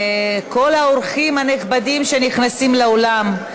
כל האורחים הנכבדים שנכנסים לאולם,